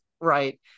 right